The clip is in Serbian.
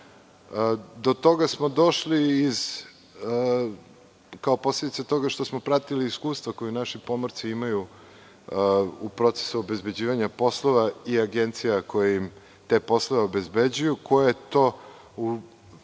Do toga smo došli tako što smo pratili iskustva koja naši pomorci imaju u procesu obezbeđivanja poslova i agencija koje im te poslove obezbeđuju, koje to u velikom